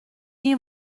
این